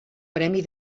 premi